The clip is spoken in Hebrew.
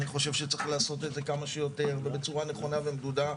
אני חושב שצריך לעשות את זה כמה שיותר ובצורה נכונה ומדודה,